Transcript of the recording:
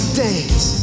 dance